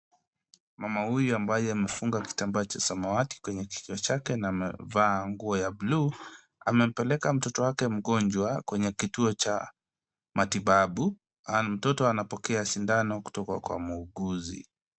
Mama huyu ambaye amefunga kitambaa cha samawati kwenye kichwa chake na amevaa nguo ya buluu, amepeleka mtoto wake mgonjwa kwenye kituo cha matibabu na mtoto anapokea sindano kutoka kwa muuguzi.